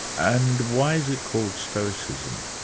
and why is it called stoicism?